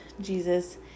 Jesus